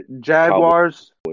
Jaguars